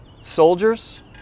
soldiers